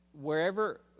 Wherever